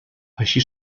així